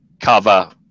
cover